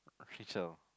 a creature